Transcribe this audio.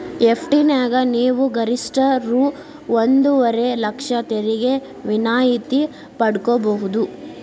FD ನ್ಯಾಗ ನೇವು ಗರಿಷ್ಠ ರೂ ಒಂದುವರೆ ಲಕ್ಷ ತೆರಿಗೆ ವಿನಾಯಿತಿ ಪಡ್ಕೊಬಹುದು